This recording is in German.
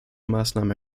maßnahmen